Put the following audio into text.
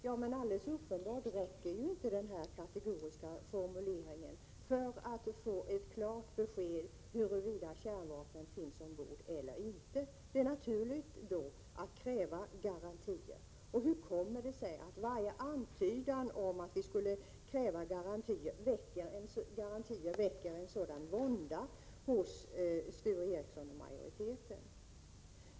Ja, men helt uppenbart räcker inte den kategoriska formuleringen för att få ett klart besked om huruvida kärnvapen finns ombord eller inte. Det är då naturligt att kräva garantier. Hur kommer det sig att varje antydan om att vi skulle kräva garantier väcker en sådan vånda hos Sture Ericson och majoriteten?